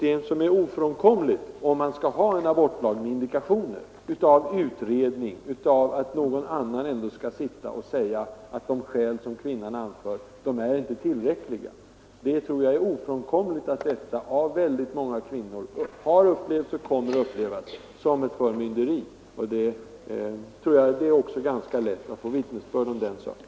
En abortlag med indikationer — med ett utredningsförfarande, och en möjlighet att någon annan kan besluta att de skäl kvinnan anför inte är tillräckliga — innebär ofrånkomligt ett system som av många kvinnor har upplevts och kommer att upplevas som ett förmynderi. Det är ganska lätt att få vittnesbörd om den saken.